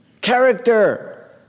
character